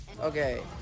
Okay